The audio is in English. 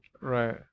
Right